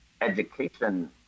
education